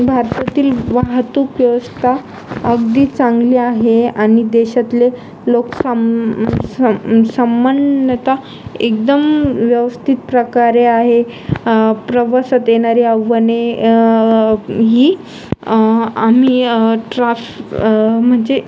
भारतातील वाहतूक व्यवस्था अगदी चांगली आहे आणि देशातील लोक सम् सम् सामान्यत एकदम व्यवस्थित प्रकारे आहे प्रवासात येणारी आव्हाने ही आम्ही ट्राफ् म्हणजे